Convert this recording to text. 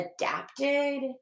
adapted